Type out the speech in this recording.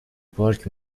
پارک